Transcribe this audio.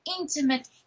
intimate